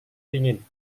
dingin